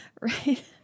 Right